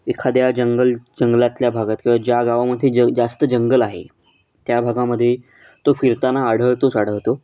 एखाद्या जंगल जंगलातल्या भागात किंवा ज्या गावामध्ये ज जास्त जंगल आहे त्या भागामध्ये तो फिरताना आढळतोच आढळतो